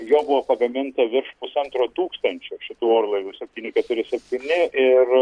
jo buvo pagaminta virš pusantro tūkstančio šitų orlaivių septynių keturi septyni ir